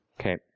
Okay